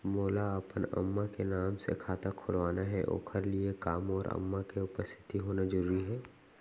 मोला अपन अम्मा के नाम से खाता खोलवाना हे ओखर लिए का मोर अम्मा के उपस्थित होना जरूरी हे?